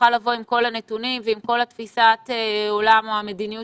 תוכל לבוא עם כל הנתונים ועם כל תפיסת העולם או המדיניות